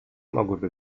mogłyby